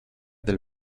del